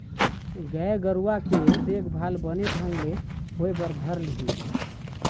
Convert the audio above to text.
गाय गरुवा के देखभाल बने ढंग ले होय बर धर लिही